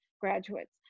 graduates